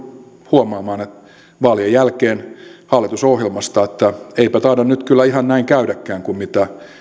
huomaamaan vaalien jälkeen hallitusohjelmasta että eipä taida nyt kyllä ihan näin käydäkään kuin mitä